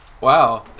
Wow